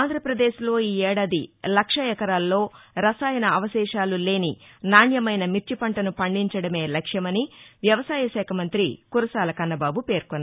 ఆంధ్రాపదేశ్ లో ఈ ఏదాది లక్ష ఎకరాల్లో రసాయన అవశేషాలు లేని నాణ్యమైన మిర్చి పంటను పండించడమే లక్ష్యమని వ్యవసాయ శాఖ మంత్రి కురసాల కన్నబాబు పేర్కొన్నారు